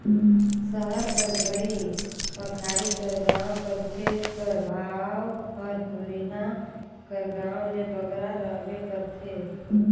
सहर कर घरी पखारी कर गाँव कर खेत कर भाव हर दुरिहां कर गाँव ले बगरा रहबे करथे